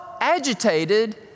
agitated